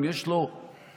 אם יש לו גרם,